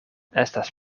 estas